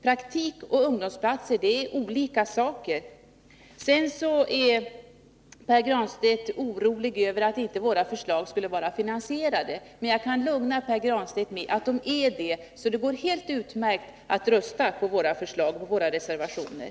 Praktik och ungdomsplatser är olika saker. Pär Granstedt är orolig över att våra förslag inte skulle vara finansierade. Men jag kan lugna Pär Granstedt med att de är det, så det går alldeles utmärkt att rösta för dem genom att rösta på våra reservationer.